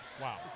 Wow